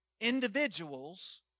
Individuals